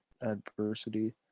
adversity